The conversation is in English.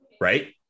right